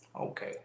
Okay